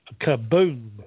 kaboom